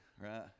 right